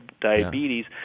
diabetes